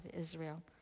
Israel